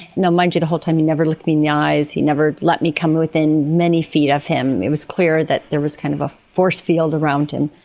you know mind you, the whole time he never looked me in the eyes, he never let me come within many feet of him, it was clear that there was kind of a forcefield around him,